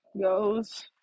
goes